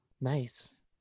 Nice